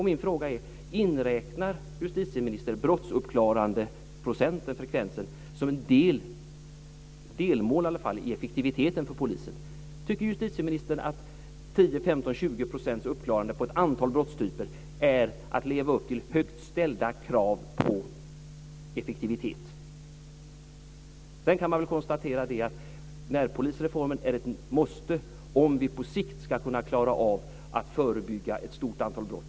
Min fråga är: Inräknar justitieministern brottsuppklaringsprocenten som ett delmål när det gäller effektiviteten för polisen? Tycker justitieministern att 10-20 % uppklarande när det gäller ett antal typer av brott är att leva upp till högt ställda krav på effektivitet? Man kan väl konstatera att närpolisreformen är ett måste om vi på sikt ska kunna klara av att förebygga ett stort antal brott.